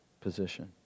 position